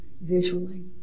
visually